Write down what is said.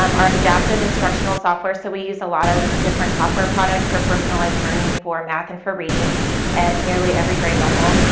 um our adaptive instructional software, so we use a lot of different software products for personalized learning for math and for reading at nearly every grade level.